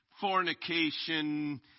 fornication